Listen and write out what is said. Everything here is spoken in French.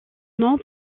nom